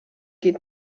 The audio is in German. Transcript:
geht